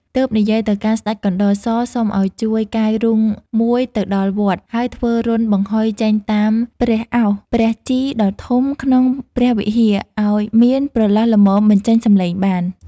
ទើបនិយាយទៅកាន់ស្តេចកណ្តុរ ស សុំឲ្យជួយកាយរូងមួយទៅដល់វត្ត ហើយធ្វើរន្ធបង្ហុយចេញតាមព្រះឱស្ឋព្រះជីដ៏ធំក្នុងព្រះវិហារឲ្យមានប្រឡោះល្មមបញ្ចេញសំឡេងបាន ។